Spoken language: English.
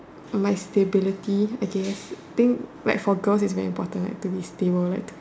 my stability I guess think like for girls its very important to be stable like